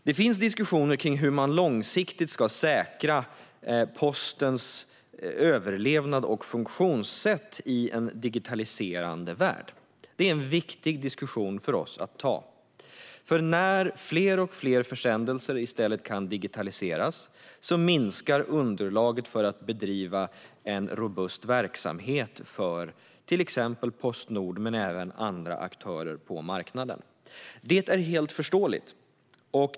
Det finns diskussioner om hur man långsiktigt ska säkra postens överlevnad och funktionssätt i en digitaliserad värld. Det är en viktig diskussion för oss att ta. När fler och fler försändelser i stället kan digitaliseras minskar underlaget för att bedriva en robust verksamhet för till exempel Postnord och även andra aktörer på marknaden. Det är helt förståeligt.